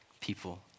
people